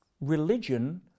Religion